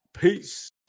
Peace